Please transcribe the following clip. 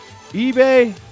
eBay